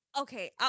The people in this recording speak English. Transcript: Okay